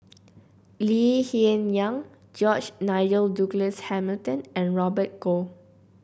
Lee Hsien Yang George Nigel Douglas Hamilton and Robert Goh